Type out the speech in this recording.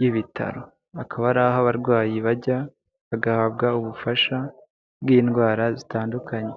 y'ibitaro Akaba ari aho abarwayi bajya, bagahabwa ubufasha bw'indwara zitandukanye.